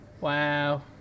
Wow